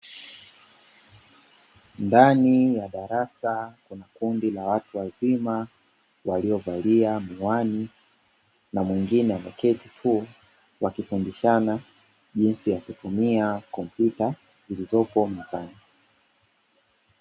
Ndani ya darasa kuna kundi la watu wazima waliovalia miwani na mwingine ameketi tuu, wakifundishana jinsi ya kutumia kompyuta zilizoko mezani.